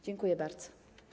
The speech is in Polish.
Dziękuję bardzo.